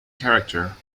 character